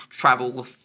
travel